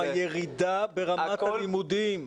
גם הירידה ברמת הלימודים.